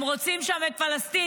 הם רוצים שם את פלסטין,